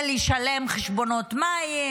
זה לשלם חשבונות מים,